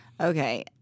Okay